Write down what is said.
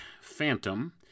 phantom